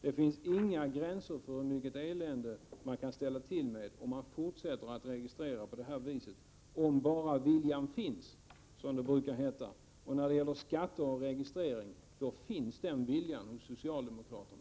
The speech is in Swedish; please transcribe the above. Det finns inga gränser för hur mycket elände man kan ställa till med, om man fortsätter att registrera på detta vis, om bara viljan finns, som det brukar heta. När det gäller skatter och registrering finns den viljan hos socialdemokraterna.